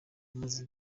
umaze